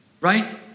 Right